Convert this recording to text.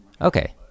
Okay